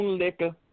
liquor